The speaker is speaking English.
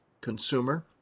consumer